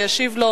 וישיב לו